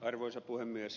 arvoisa puhemies